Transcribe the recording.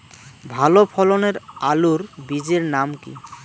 ভালো ফলনের আলুর বীজের নাম কি?